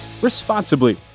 responsibly